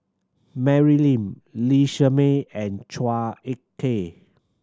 Mary Lim Lee Shermay and Chua Ek Kay